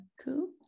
Cool